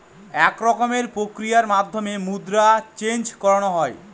এক রকমের প্রক্রিয়ার মাধ্যমে মুদ্রা চেন্জ করানো হয়